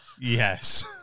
Yes